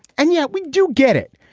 and yet we do get it.